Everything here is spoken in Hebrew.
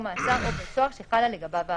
מעצר או בבית סוהר שחלה לגביו ההכרזה.